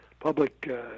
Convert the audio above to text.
public